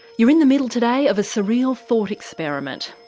you're in the middle today of a surreal thought experiment,